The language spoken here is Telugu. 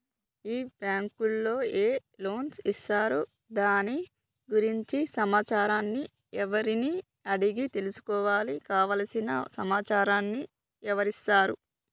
ఈ బ్యాంకులో ఏ లోన్స్ ఇస్తారు దాని గురించి సమాచారాన్ని ఎవరిని అడిగి తెలుసుకోవాలి? కావలసిన సమాచారాన్ని ఎవరిస్తారు?